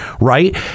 right